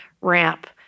Ramp